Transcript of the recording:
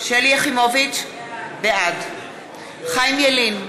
יחימוביץ, בעד חיים ילין,